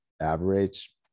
average